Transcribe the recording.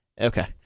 okay